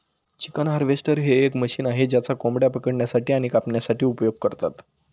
chicken harvester हे एक machine आहे ज्याचा कोंबड्या पकडण्यासाठी आणि कापण्यासाठी उपयोग करतात